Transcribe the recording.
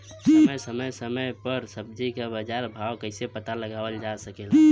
समय समय समय पर सब्जी क बाजार भाव कइसे पता लगावल जा सकेला?